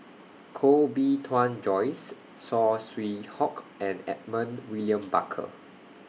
Koh Bee Tuan Joyce Saw Swee Hock and Edmund William Barker